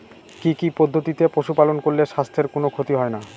কি কি পদ্ধতিতে পশু পালন করলে স্বাস্থ্যের কোন ক্ষতি হয় না?